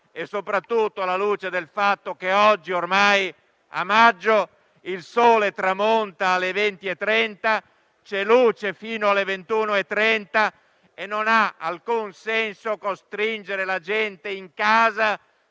e soprattutto del fatto che oggi ormai, a maggio, il sole tramonta alle 20,30, c'è luce fino alle 21,30 e non ha alcun senso costringere la gente in casa,